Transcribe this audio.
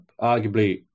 arguably